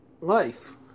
life